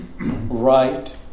right